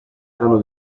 hanno